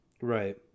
Right